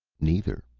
neither.